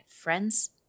friends